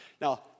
Now